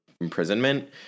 imprisonment